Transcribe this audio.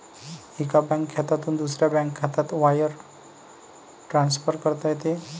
एका बँक खात्यातून दुसऱ्या बँक खात्यात वायर ट्रान्सफर करता येते